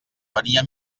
venia